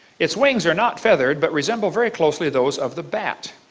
its wings are not feathered but resemble very closely those of the bat.